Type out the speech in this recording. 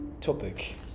topic